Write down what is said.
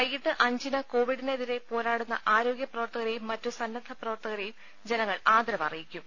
വൈകിട്ട് അഞ്ചിന് കോവിഡിനെതിരെ പോരാ ടുന്ന ആരോഗ്യ പ്രവർത്തകരെയും മറ്റ് സന്നദ്ധ പ്രവർത്തക രെയും ജനങ്ങൾ ആദരവ് അറിയിക്കും